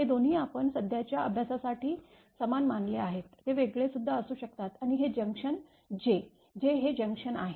हे दोन्ही आपण सध्याच्या अभ्यासासाठी समान मानले आहेत ते वेगळे सुद्धा असू शकतात आणि हे जंक्शन J J हे जंक्शन आहे